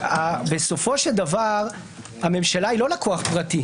בסופו של דבר הממשלה היא לא לקוח פרטי.